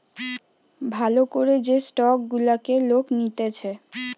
ভাল করে যে স্টক গুলাকে লোক নিতেছে